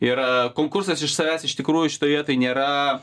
yra konkursas iš savęs iš tikrųjų šitoj vietoj nėra